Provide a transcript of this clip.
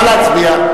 נא להצביע.